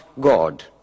God